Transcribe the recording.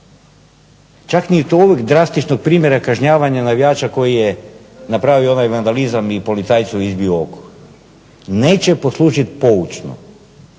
čak ni to ovog drastičnog primjera kažnjavanja navijača koji je napravio onaj vandalizam i policajcu izbio oko. Neće poslužiti poučno,